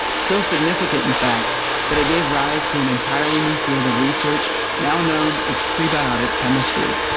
so significant in fact that i gave rise to an entirely new field research now known as prebiotic chemistry!